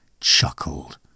chuckled